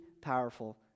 powerful